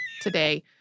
today